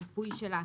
ריפוי שלה,